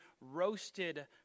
roasted